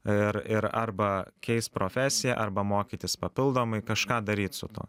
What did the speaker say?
ir ir arba keist profesiją arba mokytis papildomai kažką daryt su tuo